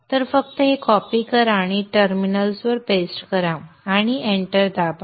तर फक्त हे कॉपी करा आणि टर्मिनलवर पेस्ट करा आणि एंटर दाबा